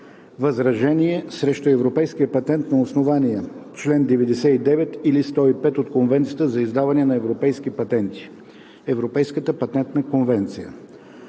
възражение срещу европейския патент на основание чл. 99 или 105 от Конвенцията за издаване на европейски патенти (Европейската патентна конвенция)